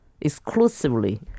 Exclusively